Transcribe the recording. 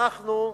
אנחנו,